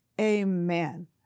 Amen